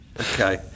Okay